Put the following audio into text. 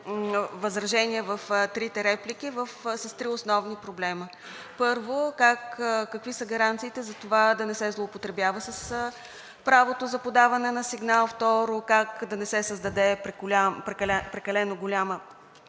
възражения в трите реплики с три основни проблема. Първо, какви са гаранциите за това да не се злоупотребява с правото за подаване на сигнал. Второ, как да не се създаде прекалено голяма